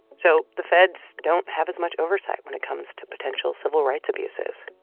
so the feds don't have as much oversight when it comes to potential civil rights abuses.